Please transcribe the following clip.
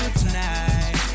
tonight